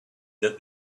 that